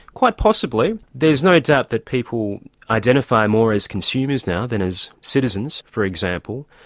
quite possibly. there's no doubt that people identify more as consumers now than as citizens, for example.